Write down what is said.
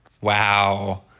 wow